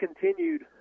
continued